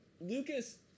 Lucas